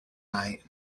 night